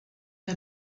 que